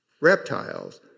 reptiles